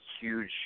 huge